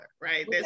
right